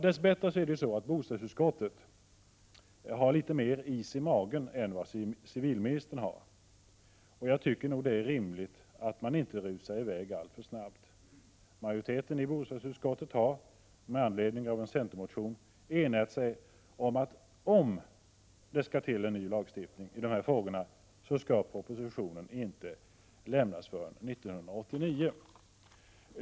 Dess bättre har bostadsutskottet litet mer is i magen än civilministern. Det är rimligt att inte rusa iväg alltför snabbt. Majoriteten i bostadsutskottet har med anledning av en centermotion enat sig om att om det skall till en ny lagstiftning i dessa frågor, så skall proposition inte lämnas förrän 1989.